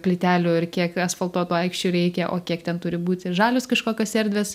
plytelių ir kiek asfaltuotų aikščių reikia o kiek ten turi būti žalios kažkokios erdves